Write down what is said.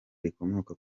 rikomoka